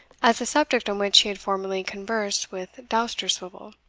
as a subject on which he had formerly conversed with dousterswivel.